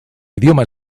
idioma